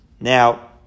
now